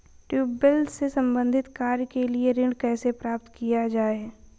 Tubewell से संबंधित कार्य के लिए ऋण कैसे प्राप्त किया जाए?